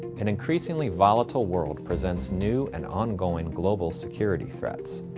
an increasingly volatile world presents new and ongoing global security threats.